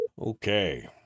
okay